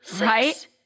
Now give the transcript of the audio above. right